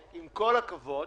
עם כל הכבוד,